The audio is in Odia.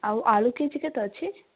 ଆଉ ଆଳୁ କେଜି କେତେ ଅଛି